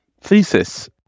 thesis